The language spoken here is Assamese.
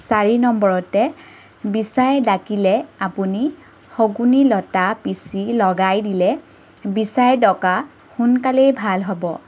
চাৰি নম্বৰতে বিচাই ডাকিলে আপুনি শগুনি লতা পিচি লগাই দিলে বিচাই ডকা সোনকালেই ভাল হ'ব